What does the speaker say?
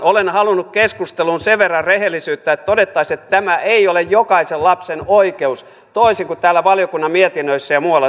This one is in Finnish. olen halunnut keskusteluun sen verran rehellisyyttä että todettaisiin että tämä ei ole jokaisen lapsen oikeus toisin kuin täällä valiokunnan mietinnöissä ja muualla sanotaan